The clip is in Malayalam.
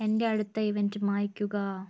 എന്റെ അടുത്ത ഇവൻറ് മായ്ക്കുക